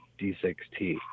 D6T